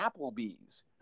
Applebee's